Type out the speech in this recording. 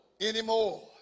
anymore